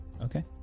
Okay